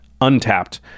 untapped